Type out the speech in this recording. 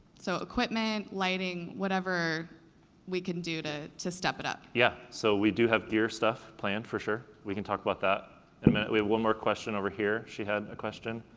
so equipment, lighting, whatever we can do to to step it up. yeah, so we do have gear stuff planned for sure. we can talk about that in a minute. we have one more question over here, she had a question.